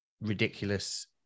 ridiculous